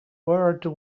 word